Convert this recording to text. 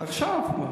עכשיו.